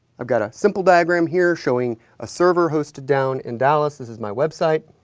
um got a simple diagram here showing a server hosted down in dallas, this is my website,